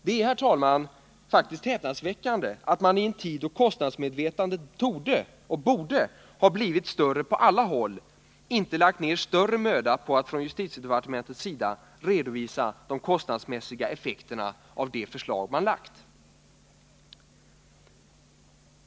Det är, herr talman, häpnadsväckande att man i en tid då kostnadsmedvetandet borde ha blivit större på alla håll inte har lagt ner större möda på att från justitiedepartementets sida redovisa de kostnadsmässiga effekterna av det förslag som har lagts fram.